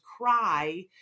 cry